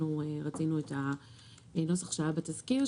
אנחנו רצינו את הנוסח שהיה בתזכיר,